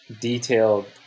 detailed